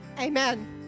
Amen